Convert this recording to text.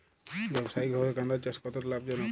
ব্যবসায়িকভাবে গাঁদার চাষ কতটা লাভজনক?